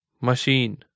Machine